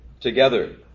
Together